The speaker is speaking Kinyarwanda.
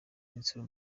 benson